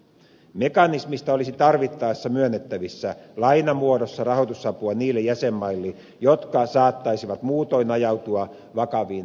mekanismista olisi tarvittaessa myönnettävissä lainamuodossa rahoitusapua niille jäsenmaille jotka saattaisivat muutoin ajautua vakaviin taloudellisiin ongelmiin